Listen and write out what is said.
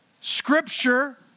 scripture